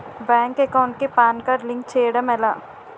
Bank account కి PAN card link చేయడం ఎలా?